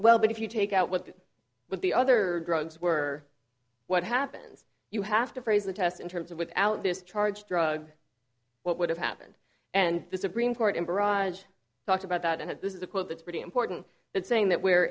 well but if you take out what but the other drugs were what happens you have to phrase the test in terms of without this charge drug what would have happened and the supreme court in barrage talked about that and had this is a quote that's pretty important that saying that where